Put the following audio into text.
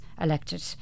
elected